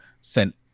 sent